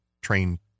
train